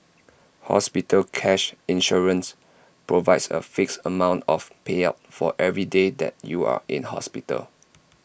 hospital cash insurance provides A fixed amount of payout for every day that you are in hospital